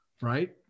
Right